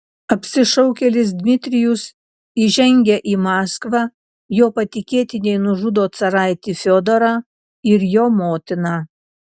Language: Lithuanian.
apsišaukėlis dmitrijus įžengia į maskvą jo patikėtiniai nužudo caraitį fiodorą ir jo motiną